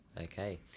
Okay